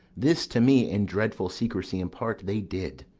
this to me in dreadful secrecy impart they did